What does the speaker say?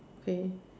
okay